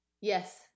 Yes